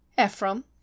Ephraim